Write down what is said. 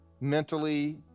Mentally